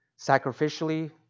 sacrificially